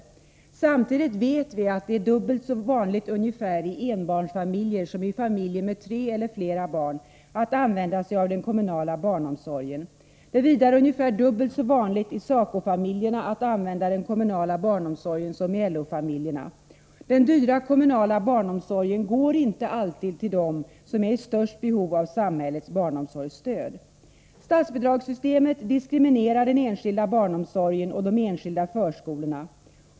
Samtidigt vet vi att det är ungefär dubbelt så vanligt i enbarnsfamiljer som i familjer med tre eller flera barn att använda sig av den kommunala barnomsorgen. Det är vidare ungefär dubbelt så vanligt i SACO-familjerna att använda den kommunala barnomsorgen som i LO-familjerna. Den dyra kommunala barnomsorgen går inte alltid till dem som är i störst behov av samhällets barnomsorgsstöd. Statsbidragssystemet diskriminerar den enskilda barnomsorgen och de enskilda förskolorna.